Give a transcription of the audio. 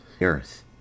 earth